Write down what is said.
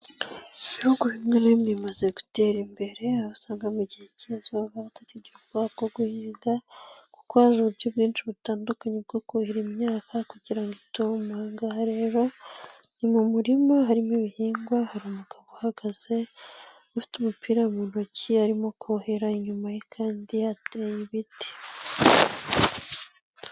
Ibihugu bimwe na bimwe bimaze gutera imbere ,aho usanga mu gihe k'izuba batakigira ubwoba bwo guhiga, kuko hari uburyo bwinshi butandukanye bwo kuhira imyaka kugira ngo ituma. Aha ngaha rero ni mu murima harimo ibihingwa ,hari umugabo uhagaze, ufite umupira mu ntoki arimo kohera inyuma ye kandi hateye ibiti.